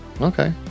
Okay